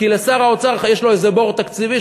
כי שר האוצר יש לו איזה בור תקציבי.